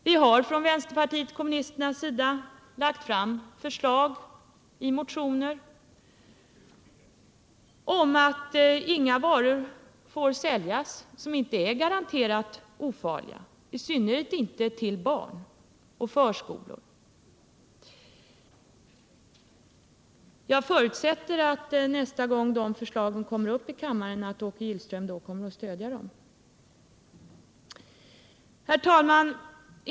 Vi har från vänsterpartiet kommunisternas sida lagt fram förslag i motioner om att inga varor får säljas, som inte är garanterat ofarliga, i synnerhet inte till barn och till förskolor. Jag förutsätter att nästa gång de förslagen kommer upp i kammaren Åke Gillström kommer att stödja dem. Herr talman!